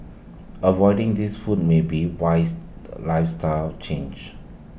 avoiding these foods may be A wise lifestyle change